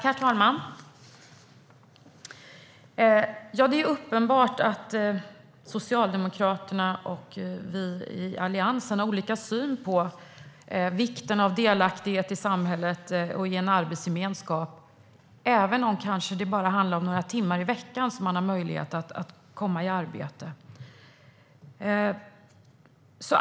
Herr talman! Det är uppenbart att Socialdemokraterna och Alliansen har olika syn på vikten av delaktighet i samhälle och arbetsgemenskap - även om det kanske bara handlar om några timmar i veckan som man har möjlighet att komma i arbete.